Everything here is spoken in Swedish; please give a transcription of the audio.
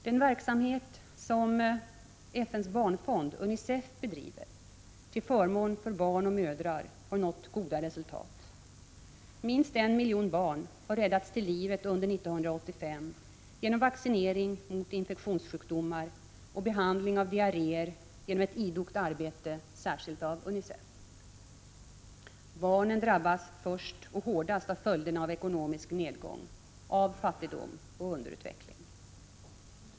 Den verksamhet som FN:s barnfond UNICEF bedriver till förmån för barn och mödrar har nått goda resultat. Minst en miljon barn har räddats till livet under 1985 tack vare ett idogt arbete särskilt av UNICEF genom vaccinering mot infektionssjukdomar och behandling av diarréer. Barnen drabbas först och hårdast av följderna av ekonomisk nedgång, av fattigdom och underutveckling.